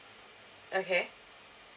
okay